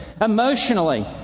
emotionally